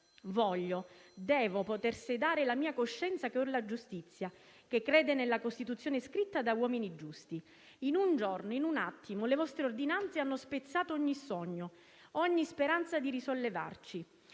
Voglio, devo poter sedare la mia coscienza con la giustizia, che crede nella Costituzione scritta da uomini giusti. In un giorno, in un attimo, le vostre ordinanze hanno spezzato ogni sogno, ogni speranza di risollevarci.